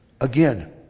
Again